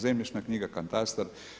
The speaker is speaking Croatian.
Zemljišna knjiga, katastar.